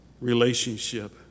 relationship